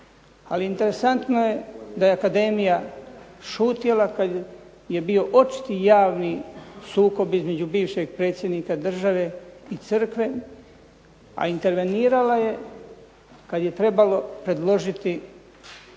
interesantno je da je akademija šutjela kad je bio očiti javni sukob između bivšeg predsjednika države i crkve, a intervenirala je kad je trebalo predložiti odlikovanje